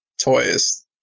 toys